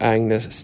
Agnes